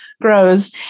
grows